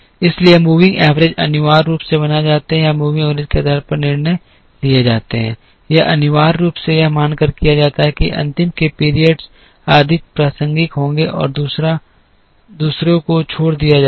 इसलिए moving average अनिवार्य रूप से बनाए जाते हैं या मूविंग एवरेज के आधार पर निर्णय लिए जाते हैं यह अनिवार्य रूप से यह मानकर किया जाता है कि अंतिम के पीरियड्स अधिक प्रासंगिक होते हैं और दूसरों को छोड़ दिया जाता है